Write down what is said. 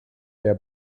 der